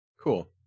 Cool